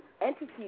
entities